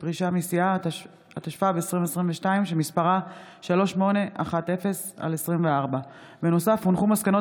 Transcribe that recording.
המדינה, התשפ"ב 2022, מאת חבר הכנסת